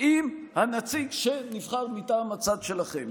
עם הנציג שנבחר מטעם הצד שלכם.